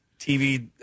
TV